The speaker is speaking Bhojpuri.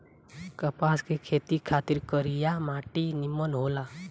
कपास के खेती खातिर करिया माटी निमन होला